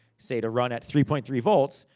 say to run at three point three volts,